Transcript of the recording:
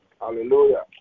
Hallelujah